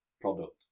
product